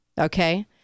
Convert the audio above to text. okay